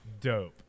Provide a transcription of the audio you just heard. Dope